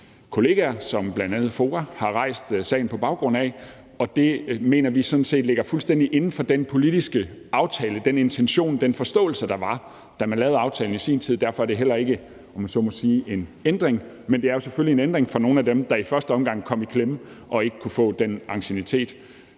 kollegaer, som bl.a. FOA har rejst sagen på baggrund af, og det mener vi sådan set ligger fuldstændig inden for den politiske aftale, den intention, den forståelse, der var, da man lavede aftalen i sin tid. Derfor er det heller ikke, om man så må sige, en ændring, men det er jo selvfølgelig en ændring for nogle af dem, der i første omgang kom i klemme og ikke kunne få den anciennitet,